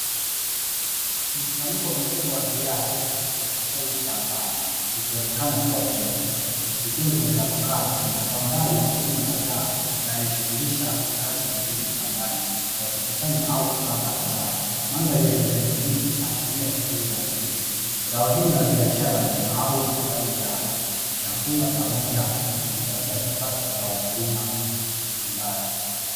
Mkusanyiko mkubwa wa viazi vilivyokusanywa shambani, vikionekana kuwa vimevunwa vikiwa vimetapakaa chini, kwa mbali wakulima kadhaa wanajishughulisha na kazi zingine shambani, wakikusanya au kupanga mazao, mandhari ya kijani kibichi inaashiria shughuli za kilimo. Zao hili la biashara ni maalumu kwa ajili ya chakula pamoja na kujipatia kipato kwa wakulima mbalimbali.